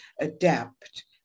adapt